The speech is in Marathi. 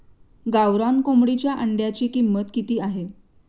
गावरान कोंबडीच्या अंड्याची किंमत किती आहे?